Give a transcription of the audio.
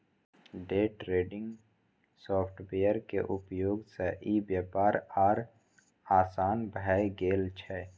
day trading software के उपयोग सं ई व्यापार आर आसान भए गेल छै